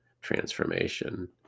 transformation